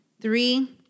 Three